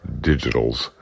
Digitals